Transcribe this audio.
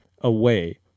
away